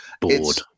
Bored